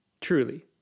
Truly